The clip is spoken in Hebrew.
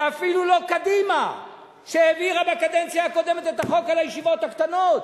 זה אפילו לא קדימה שהעבירה בקדנציה הקודמת את החוק על הישיבות הקטנות,